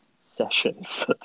Sessions